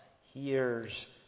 hears